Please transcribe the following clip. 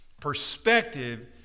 perspective